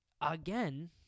again